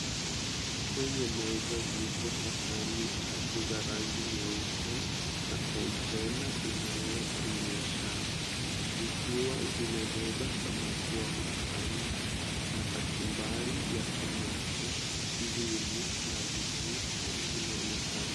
Kwenye meza zipo sahani tatu za rangi nyeupe na konteina inayoonyesha zikiwa zimebeba samaki wa kukaanga na kachumbari ya tomato , ndizi na vijiko vinaonekana.